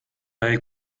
bei